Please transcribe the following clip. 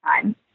time